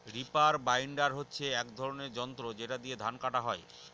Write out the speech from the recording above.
reaper binder হচ্ছে এক ধরনের যন্ত্র যেটা দিয়ে ধান কাটা হয়